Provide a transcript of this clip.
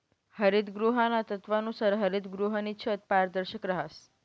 हरितगृहाना तत्वानुसार हरितगृहनी छत पारदर्शक रहास